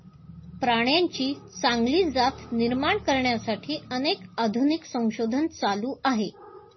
प्राण्यांची चांगली जात निर्माण करण्यासाठी अनेक आधुनिक संशोधन चालू आहे